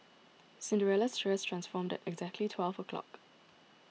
Cinderella's dress transformed exactly at twelve o'clock